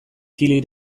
kili